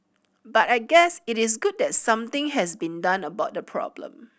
but I guess it is good that something has been done about the problem